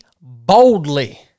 boldly